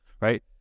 right